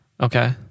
Okay